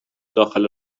داخل